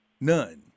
None